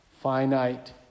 finite